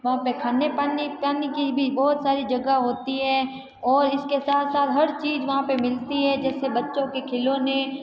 वहाँ पे खाने पानी पानी की भी बहुत सारी जगह होती है और इसके साथ साथ हर चीज़ वहाँ पे मिलती है जैसे बच्चों के खिलौने